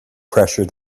pressure